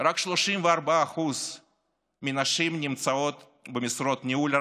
רק 34% מהנשים נמצאות במשרות ניהול,